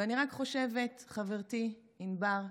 ואני רק חושבת, חברתי ענבר,